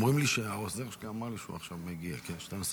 לרשותך עשר דקות,